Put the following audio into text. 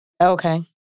Okay